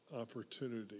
opportunity